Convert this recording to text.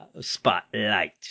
spotlight